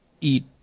eat